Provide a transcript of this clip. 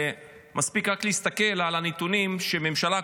ומספיק רק להסתכל על הנתונים שהממשלה הקודמת,